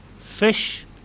fish